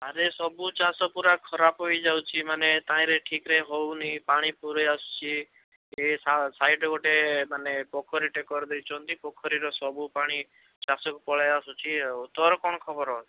ଆରେ ସବୁ ଚାଷ ପୁରା ଖରାପ ହେଇଯାଉଛି ମାନେ ତାହିଁରେ ଠିକ୍ରେ ହେଉନି ପାଣି ପୁରେଇ ଆସୁଛି ସାଇଡ଼୍ ଗୋଟେ ମାନେ ପୋଖରୀଟେ କରିଦେଇଛନ୍ତି ପୋଖରୀର ସବୁ ପାଣି ଚାଷକୁ ପଳାଇଆସୁଛି ଆଉ ତୋର କ'ଣ ଖବର